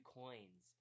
coins